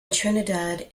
trinidad